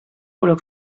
quello